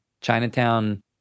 Chinatown